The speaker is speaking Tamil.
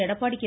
எடப்பாடி கே